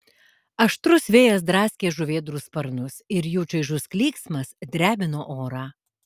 aštrus vėjas draskė žuvėdrų sparnus ir jų čaižus klyksmas drebino orą